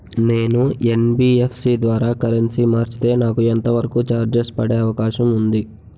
నేను యన్.బి.ఎఫ్.సి ద్వారా కరెన్సీ మార్చితే నాకు ఎంత వరకు చార్జెస్ పడే అవకాశం ఉంది?